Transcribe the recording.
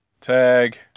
Tag